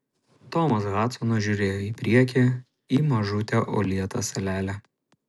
tomas hadsonas žiūrėjo į priekį į mažutę uolėtą salelę